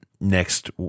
next